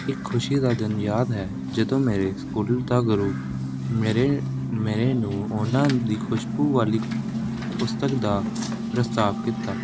ਇਕ ਖੁਸ਼ੀ ਦਾ ਦਿਨ ਯਾਦ ਹੈ ਜਦੋਂ ਮੇਰੇ ਸਕੂਲ ਦਾ ਗੁਰੂ ਮੇਰੇ ਮੇਰੇ ਨੂੰ ਉਹਨਾਂ ਦੀ ਖੁਸ਼ਬੂ ਵਾਲੀ ਪੁਸਤਕ ਦਾ ਪ੍ਰਸਤਾਵ ਕੀਤਾ